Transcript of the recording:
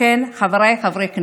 לכן, חבריי חברי הכנסת,